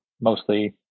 mostly